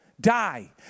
die